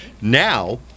now